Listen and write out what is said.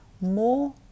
more